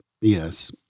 Yes